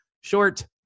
short